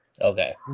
Okay